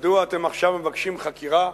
מדוע אתם עכשיו מבקשים חקירה?